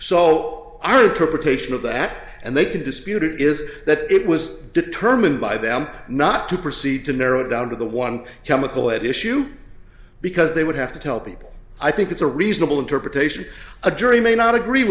that and they can dispute it is that it was determined by them not to proceed to narrow it down to the one chemical at issue because they would have i tell people i think it's a reasonable interpretation a jury may not agree